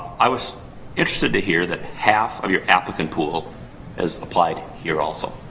i was interested to hear that half of your applicant pool has applied here also.